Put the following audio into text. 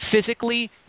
physically